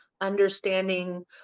understanding